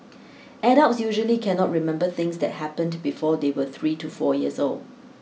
adults usually cannot remember things that happened before they were three to four years old